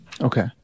Okay